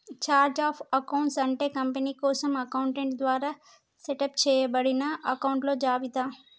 chart of accounts అంటే company కోసం accountant ద్వారా సెటప్ చేయబడిన అకొంట్ల జాబితా